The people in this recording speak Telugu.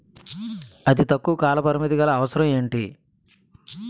అతి తక్కువ కాల పరిమితి గల అవసరం ఏంటి